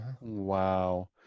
Wow